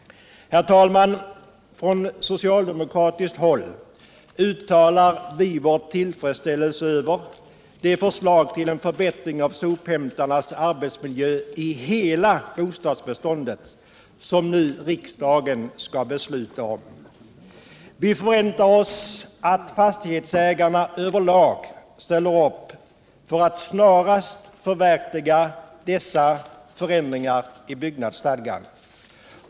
Herr talman! Från socialdemokratiskt håll uttalar vi vår tillfredsställelse över de förslag till en förbättring av sophämtarnas arbetsmiljö i hela bostadsbeståndet som riksdagen nu skall besluta om. Vi förväntar oss att fastighetsägarna över lag ställer upp för att snarast förverkliga dessa förändringar i byggnadsstadgan.